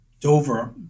dover